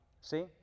see